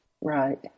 right